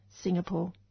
Singapore